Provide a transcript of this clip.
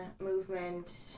movement